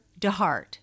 DeHart